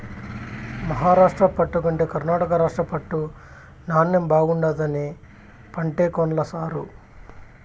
మహారాష్ట్ర పట్టు కంటే కర్ణాటక రాష్ట్ర పట్టు నాణ్ణెం బాగుండాదని పంటే కొన్ల సారూ